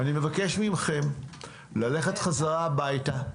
אני מבקש מכם ללכת חזרה הביתה,